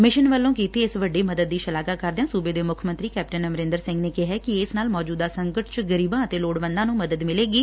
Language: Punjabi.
ਮਿਸ਼ਨ ਵਲੋ ਕੀਤੀ ਇਸ ਵੱਡੀ ਮਦਦ ਦੀ ਸ਼ਲਾਘਾ ਕਰਦਿਆਂ ਸੂਬੇ ਦੇ ਮੁੱਖ ਮੰਤਰੀ ਕੈਪਟਨ ਅਮਰਿੰਦਰ ਸਿੰਘ ਨੇ ਕਿਹੈ ਕਿ ਇਸ ਨਾਲ ਮੌਜੁਦਾ ਸੰਕਟ 'ਚ ਗਰੀਬਾਂ ਅਤੇ ਲੋੜਵੰਦਾਂ ਦੀ ਮਦਦ ਮਿਲੇਗੀ